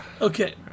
Okay